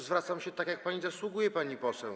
Zwracam się tak, jak pani zasługuje, pani poseł.